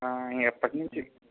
ఆ ఎప్పటి నుంచి